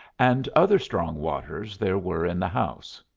and other strong waters there were in the house.